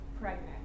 pregnant